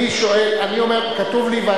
אני קובע שהצעת החוק התקבלה בקריאה טרומית